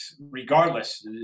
regardless